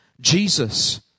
Jesus